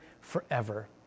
forever